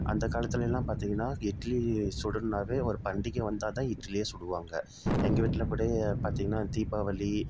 அந்த காலத்திலலெல்லாம் பார்த்திங்கன்னா இட்லி சுடணுனாவே ஒரு பண்டிகை வந்தால்தான் இட்லியே சுடுவாங்க எங்கள் வீட்டில் கூட பார்த்திங்கன்னா தீபாவளி